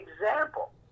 example